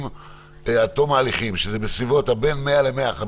לראות מה לפני ומה ואיך עושים רוב.